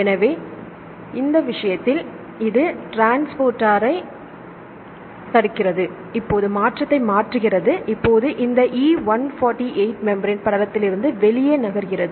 எனவே இந்த விஷயத்தில் இது டிரான்ஸ்போர்ட்டைத் தடுக்கிறது இப்போது மாற்றத்தை மாற்றுகிறது இங்கே இந்த E148 மெம்ப்ரென் படலத்திலிருந்து வெளியே நகர்கிறது